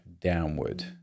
downward